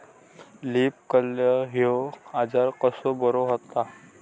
Leaf curl ह्यो आजार कसो बरो व्हता?